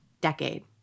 decade